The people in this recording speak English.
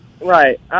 Right